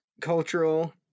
cultural